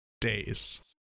days